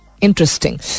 Interesting